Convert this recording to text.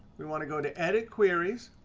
we want to go to edit queries,